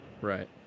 Right